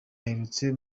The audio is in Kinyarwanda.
aherutse